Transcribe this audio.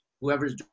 Whoever's